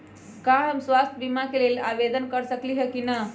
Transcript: का हम स्वास्थ्य बीमा के लेल आवेदन कर सकली ह की न?